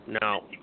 No